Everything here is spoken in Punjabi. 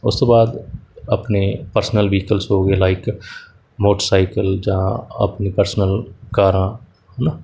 ਉਸ ਤੋਂ ਬਾਅਦ ਆਪਣੇ ਪਰਸਨਲ ਵਹੀਕਲਸ ਹੋ ਗਏ ਲਾਈਕ ਮੋਟਰ ਸਾਈਕਲ ਜਾਂ ਆਪਣੀ ਪਰਸਨਲ ਕਾਰਾਂ ਹੈ ਨਾ